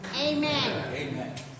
Amen